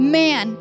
man